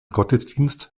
gottesdienst